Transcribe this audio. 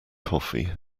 coffee